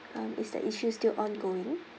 um is the issue still ongoing